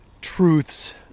truths